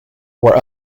were